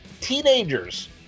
teenagers